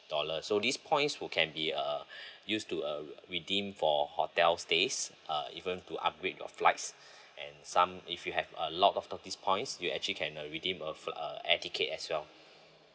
dollar so these points who can be uh used to uh redeem for hotel stays uh even to upgrade your flights and some if you have a lot of these points you actually can uh redeem uh a air ticket as well